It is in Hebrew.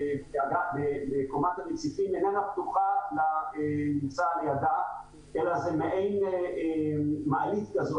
וקומת הרציפים איננה פתוחה לנוסע אלא זה מעין מעלית כזאת,